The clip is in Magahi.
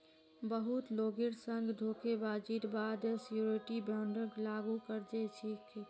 बहुत लोगेर संग धोखेबाजीर बा द श्योरटी बोंडक लागू करे दी छेक